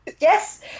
Yes